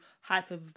hyper